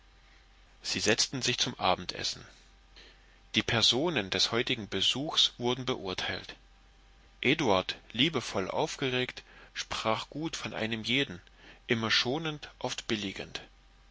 sie setzten sich zum abendessen die personen des heutigen besuchs wurden beurteilt eduard liebevoll aufgeregt sprach gut von einem jeden immer schonend oft billigend